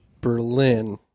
Berlin